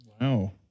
Wow